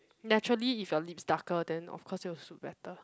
naturally if your lips darker then of course it will suit better